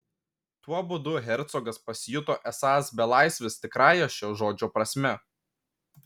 tuo būdu hercogas pasijuto esąs belaisvis tikrąja šio žodžio prasme